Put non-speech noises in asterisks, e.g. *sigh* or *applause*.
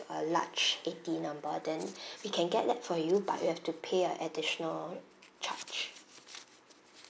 a large eighty number then *breath* we can get that for you but you have to pay a additional charge